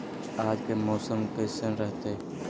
आज के मौसम कैसन रहताई?